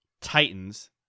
titans